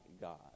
God